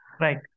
Right